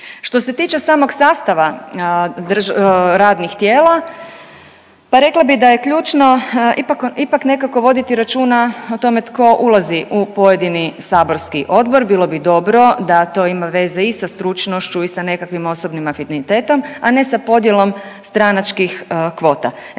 Što se tiče samog sastava radnih tijela pa rekla bi da je ključno ipak nekako voditi računa o tome tko ulazi u pojedini saborski odbor. Bilo bi dobro da to ima veze i sa stručnošću i sa nekakvim osobnim afinitetom, a ne se podjelom stranačkih kvota.